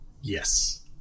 Yes